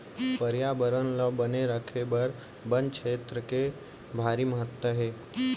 परयाबरन ल बने राखे बर बन छेत्र के भारी महत्ता हे